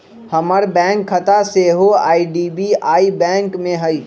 हमर बैंक खता सेहो आई.डी.बी.आई बैंक में हइ